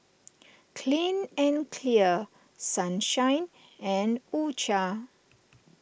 Clean and Clear Sunshine and U Cha